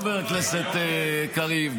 חבר הכנסת קריב,